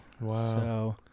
Wow